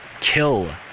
Kill